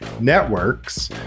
Networks